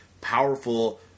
powerful